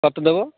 কত দেব